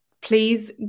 please